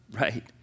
right